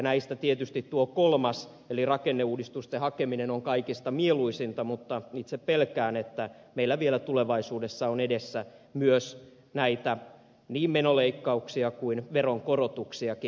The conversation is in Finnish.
näistä tietysti tuo kolmas eli rakenneuudistusten hakeminen on kaikista mieluisinta mutta itse pelkään että meillä vielä tulevaisuudessa on edessä myös näitä niin menoleikkauksia kuin veronkorotuksiakin